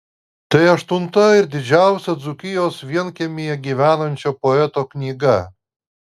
tai aštunta ir didžiausia dzūkijos vienkiemyje gyvenančio poeto knyga